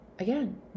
again